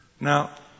Now